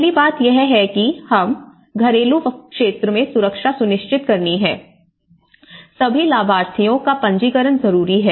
पहली बात यह है कि हमें वापस घरेलू क्षेत्र में सुरक्षा सुनिश्चित करनी है सभी लाभार्थियों का पंजीकरण जरूरी है